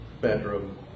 bedroom